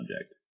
subject